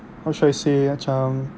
how should I say macam